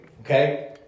okay